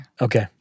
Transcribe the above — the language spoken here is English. Okay